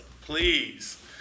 Please